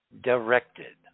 directed